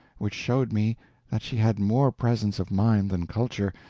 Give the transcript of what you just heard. which showed me that she had more presence of mind than culture,